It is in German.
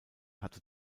hatte